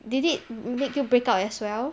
did it make you break out as well